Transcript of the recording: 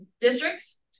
districts